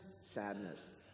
sadness